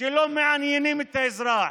שלא מעניינים את האזרח,